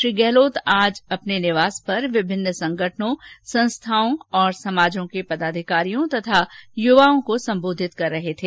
श्री गहलोत आज अपने निवास पर विभिन्न संगठनों संस्थाओं और समाजों के पदाधिकारियों और युवाओं को संबोधित कर रहे थे